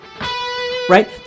right